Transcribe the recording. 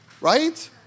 Right